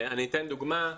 אני אתן דוגמה.